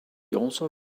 also